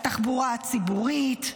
התחבורה הציבורית,